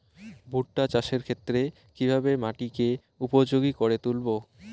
ভুট্টা চাষের ক্ষেত্রে কিভাবে মাটিকে উপযোগী করে তুলবো?